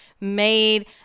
made